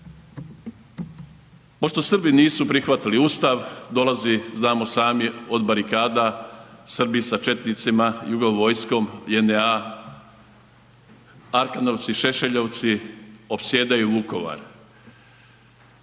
Pošto Srbi nisu prihvatili Ustav dolazi znamo sami od barikada Srbi sa četnicima jugo vojskom JNA-a arkanovci, šešeljovci opsjedaju Vukovar.